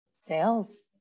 Sales